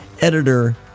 editor